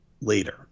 later